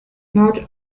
not